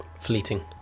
fleeting